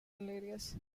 areas